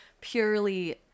purely